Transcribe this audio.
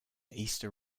easter